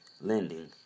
lending